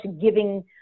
giving